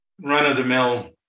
run-of-the-mill